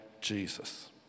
Jesus